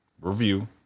review